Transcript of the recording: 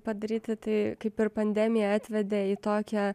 padaryti tai kaip ir pandemija atvedė į tokią